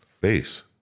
base